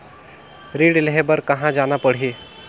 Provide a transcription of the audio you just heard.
ऋण लेहे बार कहा जाना पड़ही?